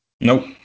Nope